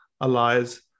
allies